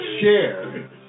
share